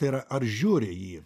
tai yra ar žiūri jį